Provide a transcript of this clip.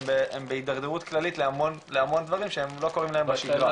הם בהתדרדרות כללית להמון דברים שהם לא קורים להם בשגרה.